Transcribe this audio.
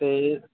ਅਤੇ